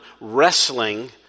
wrestling